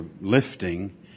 lifting